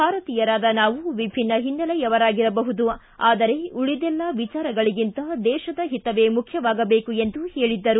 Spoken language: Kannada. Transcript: ಭಾರತೀಯರಾದ ನಾವು ವಿಭಿನ್ನ ಹಿನ್ನೆಲೆಯವರಾಗಿರಬಹುದು ಆದರೆ ಉಳಿದೆಲ್ಲ ವಿಚಾರಗಳಿಗಿಂತ ದೇಶದ ಹಿತವೇ ಮುಖ್ಯವಾಗಬೇಕು ಎಂದು ಹೇಳದ್ದರು